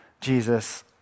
Jesus